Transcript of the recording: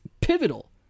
pivotal